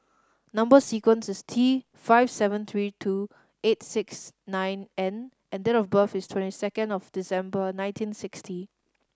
number sequence is T five seventy three two eight six nine N and date of birth is twenty second of December nineteen sixty